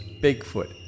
Bigfoot